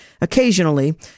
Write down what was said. occasionally